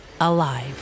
alive